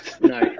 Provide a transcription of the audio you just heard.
No